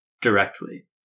directly